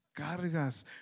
cargas